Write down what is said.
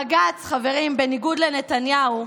בג"ץ, חברים, בניגוד לנתניהו,